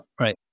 right